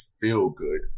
feel-good